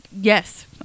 Yes